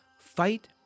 fight